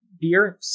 beer